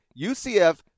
UCF